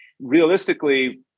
realistically